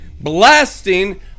Blasting